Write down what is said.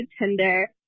Tinder